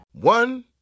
One